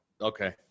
Okay